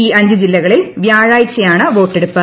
ഈ അഞ്ചു ജില്ലകളിൽ വ്യാഴാഴ്ചയാണ് വോട്ടെടുപ്പ്